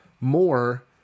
more